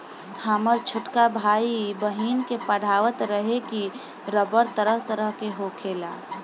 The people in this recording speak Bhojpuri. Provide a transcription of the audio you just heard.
हामर छोटका भाई, बहिन के पढ़ावत रहे की रबड़ तरह तरह के होखेला